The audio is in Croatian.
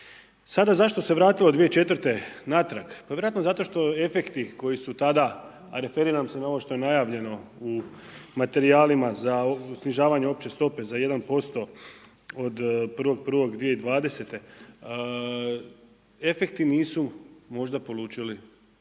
Sada zašto se vratilo 2004. natrag? Pa vjerojatno zato što efekti koji su tada, a referiram se na ovo što je najavljeno u materijalima za snižavanje opće stope za 1% od 1.1.2020., efekti nisu možda polučili